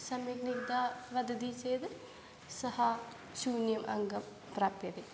सम्यक्रीत्या वदति चेद् सः शून्यम् अङ्कं प्राप्यते